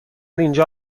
اینجا